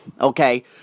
Okay